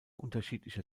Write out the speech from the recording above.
unterschiedlicher